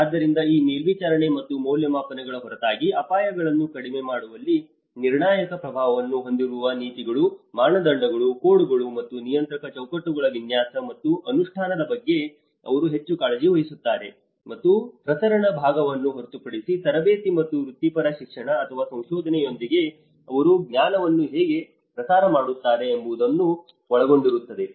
ಆದ್ದರಿಂದ ಈ ಮೇಲ್ವಿಚಾರಣೆ ಮತ್ತು ಮೌಲ್ಯಮಾಪನಗಳ ಹೊರತಾಗಿ ಅಪಾಯಗಳನ್ನು ಕಡಿಮೆ ಮಾಡುವಲ್ಲಿ ನಿರ್ಣಾಯಕ ಪ್ರಭಾವವನ್ನು ಹೊಂದಿರುವ ನೀತಿಗಳು ಮಾನದಂಡಗಳು ಕೋಡ್ಗಳು ಮತ್ತು ನಿಯಂತ್ರಕ ಚೌಕಟ್ಟುಗಳ ವಿನ್ಯಾಸ ಮತ್ತು ಅನುಷ್ಠಾನದ ಬಗ್ಗೆ ಅವರು ಹೆಚ್ಚು ಕಾಳಜಿ ವಹಿಸುತ್ತಾರೆ ಮತ್ತು ಪ್ರಸರಣ ಭಾಗವನ್ನು ಹೊರತುಪಡಿಸಿ ತರಬೇತಿ ಮತ್ತು ವೃತ್ತಿಪರ ಶಿಕ್ಷಣ ಮತ್ತು ಸಂಶೋಧನೆಯೊಂದಿಗೆ ಅವರು ಜ್ಞಾನವನ್ನು ಹೇಗೆ ಪ್ರಸಾರ ಮಾಡುತ್ತಾರೆ ಎಂಬುದನ್ನು ಒಳಗೊಂಡಿರುತ್ತದೆ